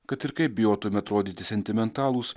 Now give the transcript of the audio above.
kad ir kaip bijotume atrodyti sentimentalūs